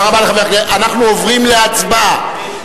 אנחנו עוברים להצבעה,